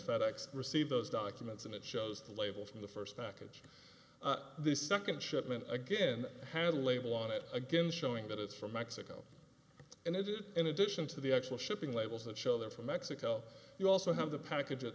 fedex received those documents and it shows the labels from the first package the second shipment again has a label on it again showing that it's from mexico and it in addition to the actual shipping labels that show they're from mexico you also have the package